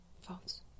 phones